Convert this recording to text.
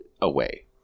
away